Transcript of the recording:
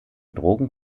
drogen